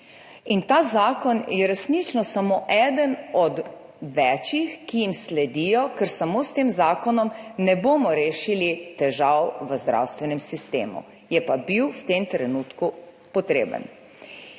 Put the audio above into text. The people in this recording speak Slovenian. Ta zakon je resnično samo eden od več njih, ki jim sledijo, ker samo s tem zakonom ne bomo rešili težav v zdravstvenem sistemu. Je pa bil v tem trenutku potreben.